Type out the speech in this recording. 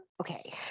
okay